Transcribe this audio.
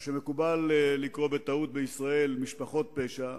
מה שבישראל מקובל לקרוא לו בטעות "משפחות פשע".